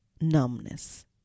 numbness